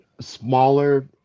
smaller